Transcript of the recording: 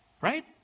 right